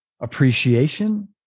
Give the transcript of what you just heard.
appreciation